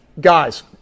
guys